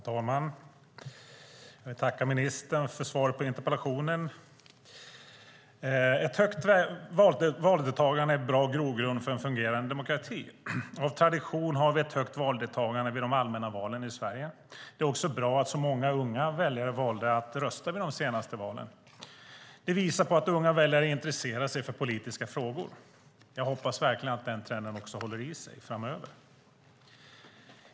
Herr talman! Jag vill tacka ministern för svaret på interpellationen. Ett högt valdeltagande är en bra grogrund för en fungerande demokrati. Av tradition har vi ett högt valdeltagande vid de allmänna valen i Sverige. Det är också bra att så många unga väljare valt att rösta vid de senaste valen. Det visar att unga väljare intresserar sig för politiska frågor. Jag hoppas verkligen att den trenden håller i sig framöver.